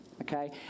Okay